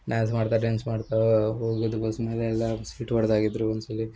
dance ಮಾಡ್ತಾ dance ಮಾಡ್ತಾ ಹೋಗುದು ಬಸ್ನಲ್ಲಿ ಎಲ್ಲ ಸೀಟ್ ಒಡ್ದಾಕಿದ್ದರು ಒಂದ್ಸಲಿ